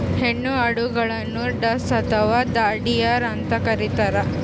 ಹೆಣ್ಣು ಆಡುಗಳನ್ನು ಡಸ್ ಅಥವಾ ದಾದಿಯರು ಅಂತ ಕರೀತಾರ